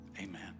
amen